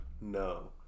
No